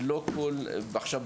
עכשיו,